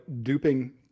duping